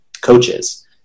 coaches